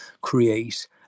create